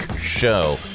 show